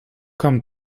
kam